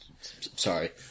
sorry